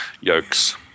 yokes